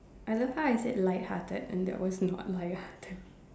I love how I said lighthearted and that was not lighthearted